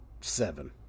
seven